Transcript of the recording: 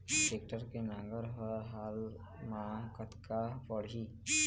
Tractor के नांगर हर हाल मा कतका पड़िही?